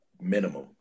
minimum